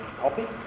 copies